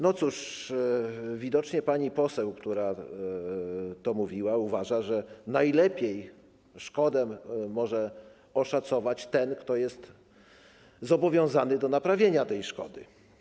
No cóż, widocznie pani poseł, która to mówiła, uważa, że najlepiej szkodę może oszacować ten, kto jest zobowiązany do naprawienia tej szkody.